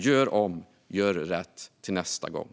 Gör om och gör rätt till nästa gång!